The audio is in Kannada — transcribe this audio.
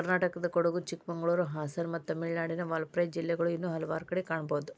ಕರ್ನಾಟಕದಕೊಡಗು, ಚಿಕ್ಕಮಗಳೂರು, ಹಾಸನ ಮತ್ತು ತಮಿಳುನಾಡಿನ ವಾಲ್ಪಾರೈ ಜಿಲ್ಲೆಗಳು ಇನ್ನೂ ಹಲವಾರು ಕಡೆ ಕಾಣಬಹುದು